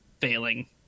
failing